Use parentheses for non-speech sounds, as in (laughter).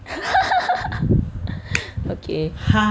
(laughs) okay